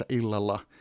illalla